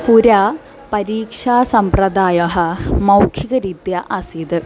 पुरा परीक्षा सम्प्रदायः मौखिकरीत्या आसीत्